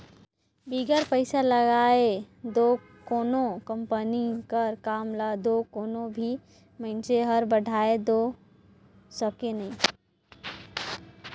बिगर पइसा लगाए दो कोनो कंपनी कर काम ल दो कोनो भी मइनसे हर बढ़ाए दो सके नई